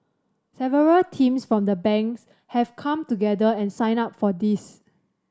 several teams from the Banks have come together and signed up for this